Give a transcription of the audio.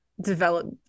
develop